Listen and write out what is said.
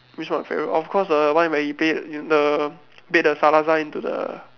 which part my favourite of course the one where he play the bait the Salazar into the